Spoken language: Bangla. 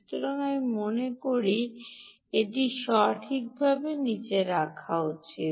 সুতরাং আমি মনে করি এটি সঠিকভাবে নিচে রাখা উচিত